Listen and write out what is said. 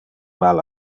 mal